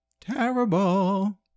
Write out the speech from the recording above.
Terrible